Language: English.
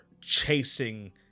chasing